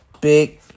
Big